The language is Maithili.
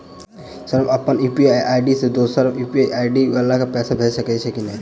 सर हम अप्पन यु.पी.आई आई.डी सँ दोसर यु.पी.आई आई.डी वला केँ पैसा भेजि सकै छी नै?